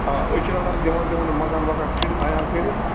آ أسۍ چھِ رَٹان دِوان تِمَن مکان وکان فِٹ تیار کٔرِتھ